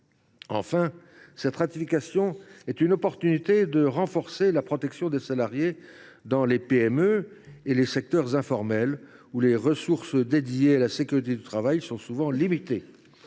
Enfin, cette ratification sera une opportunité pour renforcer la protection des salariés dans les PME et dans le secteur informel, où les ressources dédiées à la sécurité sont souvent limitées.